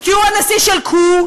כי הוא הנשיא של כו-לם,